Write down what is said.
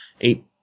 Eight